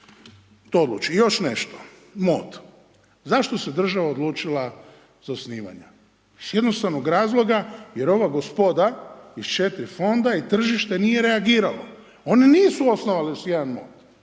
to odluči. I još nešto. MOD. Zašto se država odlučila za osnivanja. Iz jednostavnog razloga jer ova gospoda iz 4 fonda i tržište nije reagiralo. Oni nisu osnovali ni jedan MOD.